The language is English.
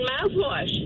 mouthwash